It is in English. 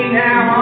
now